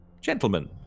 Gentlemen